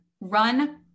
run